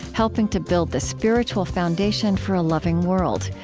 helping to build the spiritual foundation for a loving world.